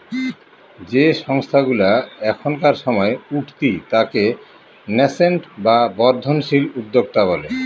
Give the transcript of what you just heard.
যে সংস্থাগুলা এখনকার সময় উঠতি তাকে ন্যাসেন্ট বা বর্ধনশীল উদ্যোক্তা বলে